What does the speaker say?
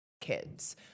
kids